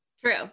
true